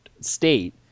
state